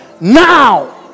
Now